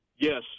Yes